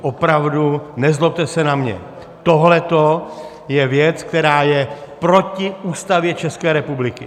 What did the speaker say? Opravdu, nezlobte se na mě, tohleto je věc, která je proti Ústavě České republiky!